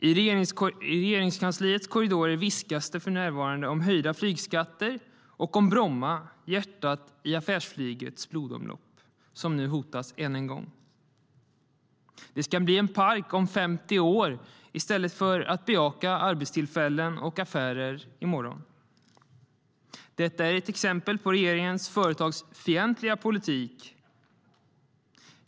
I Regeringskansliets korridorer viskas det för närvarande om höjda flygskatter och om Bromma flygplats - hjärtat i affärsflygets blodomlopp - som nu hotas än en gång. Det ska bli en park om 50 år, i stället för att man bejakar affärstillfällen och affärer i morgon. Detta är ett exempel på regeringens företagsfientliga politik.